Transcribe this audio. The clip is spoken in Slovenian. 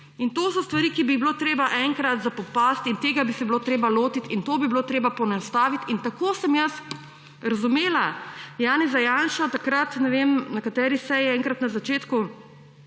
To so stvari, ki bi jih bilo treba enkrat zapopasti, in tega bi se bilo treba lotiti in to bi bilo treba poenostaviti. Tako sem razumela Janeza Janšo takrat, ne vem, na kateri seji enkrat na začetku,